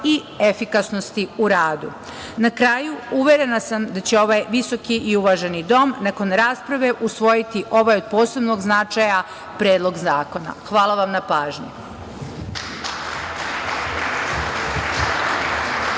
i efikasnosti u radu. Na kraju, uverena sam da će ovaj visoki i uvaženi dom, nakon rasprave, usvojiti ovaj od posebnog značaja predlog zakona. Hvala vam na pažnji.